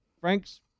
Franks